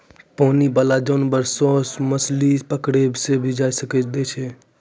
पानी बाला जानवर सोस मछली पकड़ै मे भी साथ दै छै